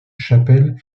chapelle